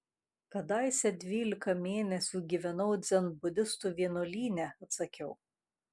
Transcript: kadaise dvylika mėnesių gyvenau dzenbudistų vienuolyne atsakiau